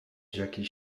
jackie